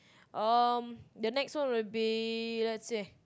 um the next one will be let's see